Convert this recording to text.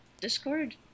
discord